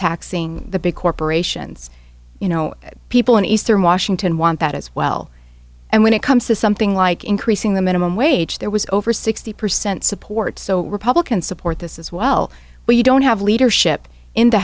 taxing the big corporations you know people in eastern washington want that as well and when it comes to something like increasing the minimum wage there was over sixty percent support so republicans support this as well when you don't have leadership in the